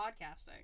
podcasting